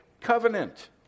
Covenant